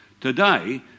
today